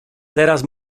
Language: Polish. teraz